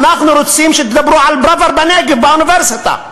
אנחנו רוצים שתדברו על פראוור בנגב באוניברסיטה,